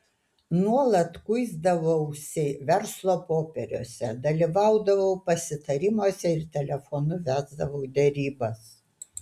nuolat kuisdavausi verslo popieriuose dalyvaudavau pasitarimuose ir telefonu vesdavau derybas